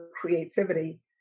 creativity